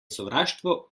sovraštvo